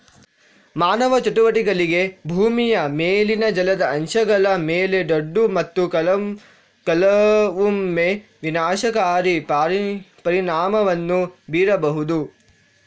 ಮಾನವ ಚಟುವಟಿಕೆಗಳು ಭೂಮಿಯ ಮೇಲಿನ ಜಲದ ಅಂಶಗಳ ಮೇಲೆ ದೊಡ್ಡ ಮತ್ತು ಕೆಲವೊಮ್ಮೆ ವಿನಾಶಕಾರಿ ಪರಿಣಾಮವನ್ನು ಬೀರಬಹುದು